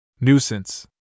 Nuisance